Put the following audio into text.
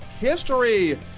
history